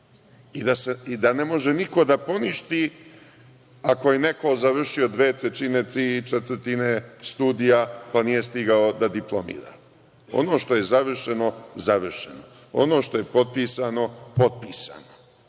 i da ne može niko da poništi ako je neko završio dve trećine, tri četvrtine studija, pa nije stigao da diplomira. Ono što je završeno, završeno je, ono što je potpisano, potpisano